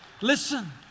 Listen